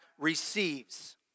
receives